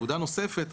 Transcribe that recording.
נקודה נוספת.